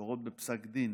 להורות בפסק דין